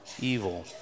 evil